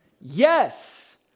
yes